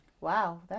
wow